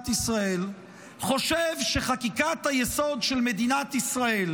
ישראל חושב שחקיקת היסוד של מדינת ישראל,